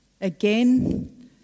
again